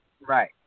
Right